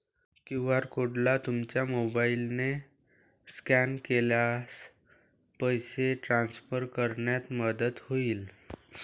QR कोडला तुमच्या मोबाईलने स्कॅन केल्यास पैसे ट्रान्सफर करण्यात मदत होईल